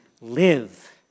live